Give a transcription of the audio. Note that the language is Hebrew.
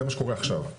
זה מה שקורה עכשיו.